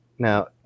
Now